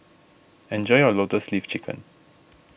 enjoy your Lotus Leaf Chicken